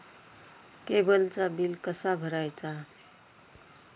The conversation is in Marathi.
केबलचा बिल कसा भरायचा?